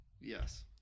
Yes